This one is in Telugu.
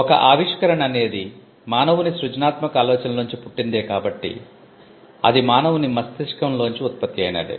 ఒక ఆవిష్కరణ అనేది మానవుని సృజనాత్మక ఆలోచనల్లోంచి పుట్టిందే కాబట్టి అది మానవుని మస్తిష్కంల్లోంచి ఉత్పత్తి అయినదే